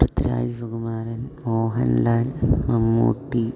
Prithviraj Sukumaran Mohanlal Mammootty